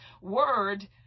word